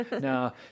now